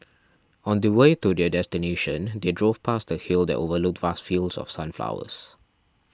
on the way to their destination they drove past a hill that overlooked vast fields of sunflowers